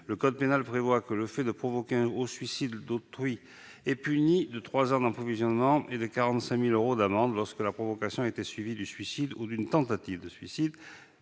Le code pénal prévoit que le fait de provoquer le suicide d'autrui est puni de trois ans d'emprisonnement et de 45 000 euros d'amende lorsque la provocation a été suivie du suicide ou d'une tentative de suicide.